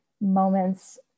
moments